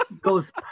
goes